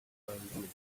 whirlwind